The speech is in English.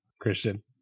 Christian